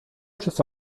przez